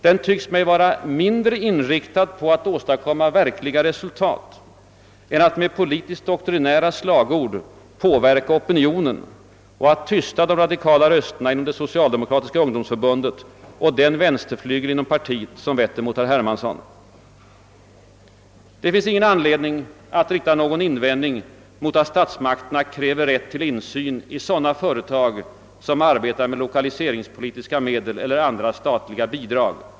Den tycks mig vara mindre inriktad på att åstadkomma verkliga resultat än att med politiskt doktrinära slagord påverka opinionen och att tysta de radikala rösterna inom det socialdemokratiska ungdomsförbundet och den vänsterflygel inom partiet som vetter mot herr Hermansson. Det finns ingen anledning att rikta någon invändning mot att statsmakterna kräver rätt till insyn i sådana företag som arbetar med lokaliseringspolitiska medel eller med andra statliga bidrag.